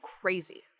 crazy